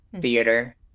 theater